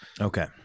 Okay